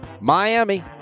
miami